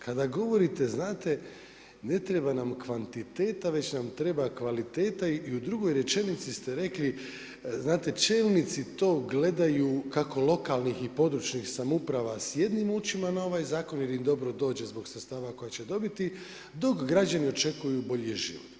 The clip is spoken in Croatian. Kada govorite znate ne treba nam kvantiteta, već nam treba kvaliteta i u drugoj rečenici ste rekli, znate čelnici to gledaju kako lokalnih i područnih samouprava s jednima očima na ovaj zakon, jer im dobro dođe zbog sredstva koji će dobiti, dok građani očekuju bolji život.